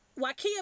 wakia